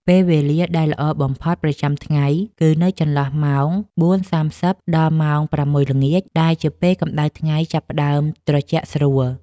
ពេលវេលាដែលល្អបំផុតប្រចាំថ្ងៃគឺនៅចន្លោះម៉ោង ៤:៣០ ដល់ម៉ោង ៦:០០ ល្ងាច ដែលជាពេលកម្ដៅថ្ងៃចាប់ផ្ដើមត្រជាក់ស្រួល។